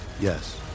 Yes